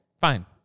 fine